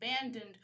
abandoned